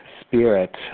spirit